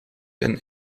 een